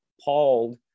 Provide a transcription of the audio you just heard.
appalled